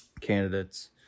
candidates